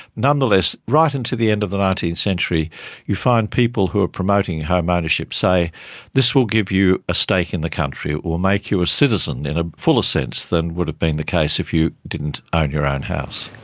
nonetheless, right into the end of the nineteenth century you find people who are promoting home ownership say this will give you a stake in the country, it will make you a citizen in a fuller sense than would have been the case if you didn't own your own house.